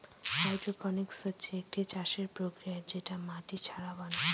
hydroponics হচ্ছে একটি চাষের প্রক্রিয়া যেটা মাটি ছাড়া বানানো হয়